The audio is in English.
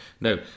No